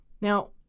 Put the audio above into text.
Now